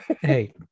hey